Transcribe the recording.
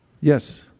Yes